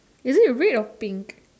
is it red or pink